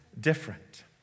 different